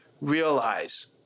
realize